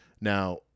Now